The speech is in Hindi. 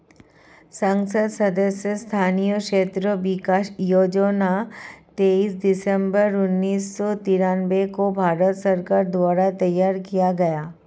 संसद सदस्य स्थानीय क्षेत्र विकास योजना तेईस दिसंबर उन्नीस सौ तिरान्बे को भारत सरकार द्वारा तैयार किया गया